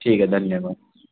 ٹھیک ہے دھنیہ واد